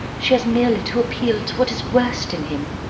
she has merely to appeal to what is worst in him.